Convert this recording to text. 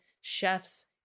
chefs